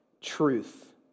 truth